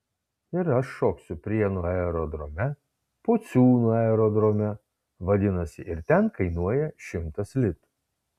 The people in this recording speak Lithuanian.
ir aš šoksiu prienų aerodrome pociūnų aerodrome vadinasi ir ten kainuoja šimtas litų